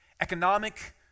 Economic